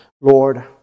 Lord